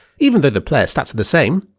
even though the player's stats are the same,